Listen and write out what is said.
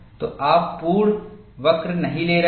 तो आप पूर्ण वक्र नहीं ले रहे हैं